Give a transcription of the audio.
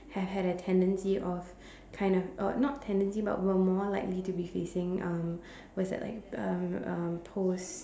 has had a tendency of kind of uh not tendency but will more likely to be facing um what's that like um um post